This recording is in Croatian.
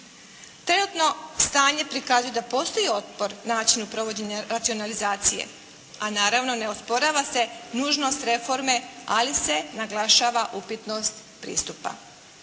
Trenutno stanje prikazuje da postoji otpor načinu provođenja racionalizacije, a naravno ne osporava se nužnost reforme, ali se naglašava upitnost pristupa.